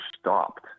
stopped